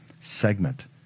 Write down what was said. segment